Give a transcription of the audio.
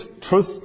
truth